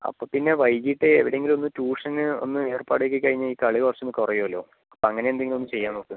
അപ്പോൾ പിന്നെ വൈകിട്ട് എവിടെ എങ്കിലും ഒന്ന് ട്യൂഷന് ഒന്ന് ഏർപ്പാട് ആക്കി കഴിഞ്ഞാൽ ഈ കളി കുറച്ചൊന്ന് കുറയുമല്ലോ അപ്പോൾ അങ്ങനെ എന്തെങ്കിലും ഒന്ന് ചെയ്യാൻ നോക്ക്